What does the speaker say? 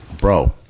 bro